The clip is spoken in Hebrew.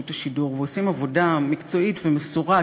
השידור ועושים עבודה מקצועית ומסורה,